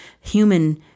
human